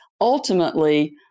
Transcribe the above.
ultimately